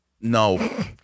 no